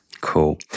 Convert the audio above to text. Cool